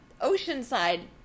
oceanside